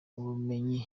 ubumenyi